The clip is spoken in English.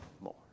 more